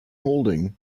holding